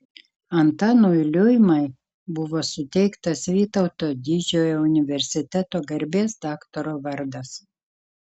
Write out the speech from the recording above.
antanui liuimai buvo suteiktas vytauto didžiojo universiteto garbės daktaro vardas